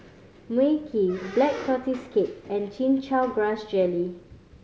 Mui Kee Black Tortoise Cake and Chin Chow Grass Jelly